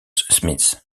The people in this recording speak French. smith